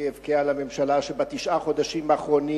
אני אבכה על הממשלה שבתשעת חודשים האחרונים,